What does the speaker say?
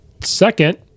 Second